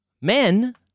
men